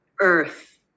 earth